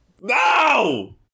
No